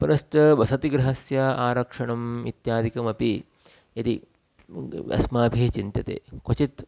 पुनश्च वसतिगृहस्य आरक्षणम् इत्यादिकमपि यदि अस्माभिः चिन्त्यते क्वचित्